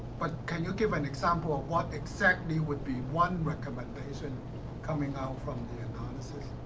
but can you give an example of what exactly would be one recommendation coming out from the